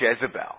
Jezebel